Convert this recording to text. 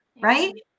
right